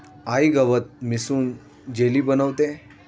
आई गवत मिसळून जेली बनवतेय